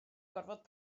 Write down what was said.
gorfod